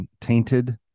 tainted